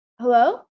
Hello